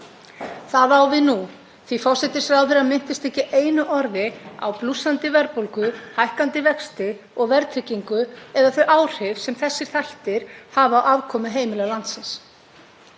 Það á við nú, því að forsætisráðherra minntist ekki einu orði á blússandi verðbólgu, hækkandi vexti og verðtryggingu, eða þau áhrif sem þessir þættir hafa á afkomu heimila landsins.